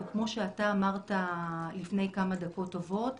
כמו שאתה אמרת לפני כמה דקות טובות,